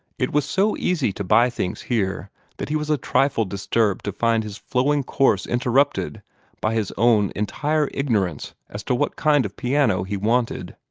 it was so easy to buy things here that he was a trifle disturbed to find his flowing course interrupted by his own entire ignorance as to what kind of piano he wanted.